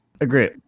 Agree